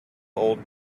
old